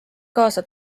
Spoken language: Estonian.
kaasa